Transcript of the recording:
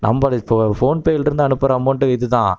number இப்போது ஃபோன்பேலேருந்து அனுப்புகிற அமௌண்ட்டு இது தான்